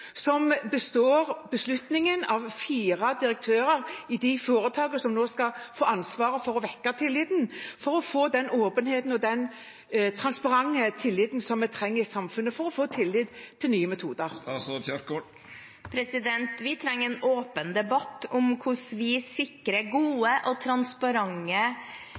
beslutningen tas av fire direktører i de foretakene som nå skal få ansvaret for å vekke tilliten for å få den åpenheten og den transparente tilliten som vi trenger i samfunnet for å få tillit til nye metoder? Vi trenger en åpen debatt om hvordan vi sikrer gode og transparente